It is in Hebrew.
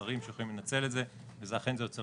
שרים שיכולים לנצל את זה, ואכן זה יוצר